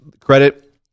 credit